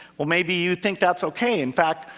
well maybe you think that's okay. in fact,